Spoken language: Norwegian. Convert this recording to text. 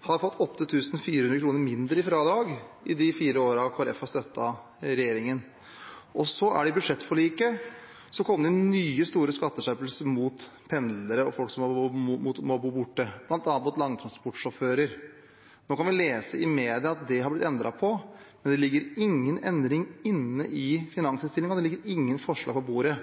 har fått 8 400 kr mindre i fradrag i de fire årene Kristelig Folkeparti har støttet regjeringen? I budsjettforliket kom det nye, store skatteskjerpelser for pendlere og folk som må bo borte, bl.a. langtransportsjåfører. Nå kan man lese i media at det har blitt endret på, men det ligger ingen endring inne i finansinnstillingen, og det ligger ingen forslag på bordet.